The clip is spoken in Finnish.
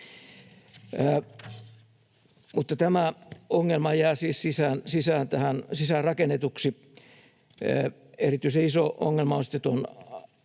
tämä ongelma jää siis tähän sisäänrakennetuksi. Erityisen iso ongelma on